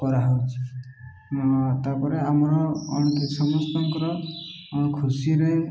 କରାହଉଛି ତା'ପରେ ଆମର ସମସ୍ତଙ୍କର ଖୁସିରେ